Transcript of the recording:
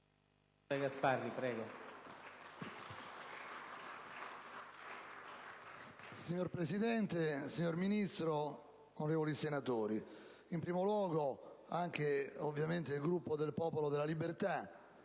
Signor Presidente, onorevole Ministro, onorevoli senatori, in primo luogo anche il Gruppo del Popolo della Libertà